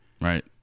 Right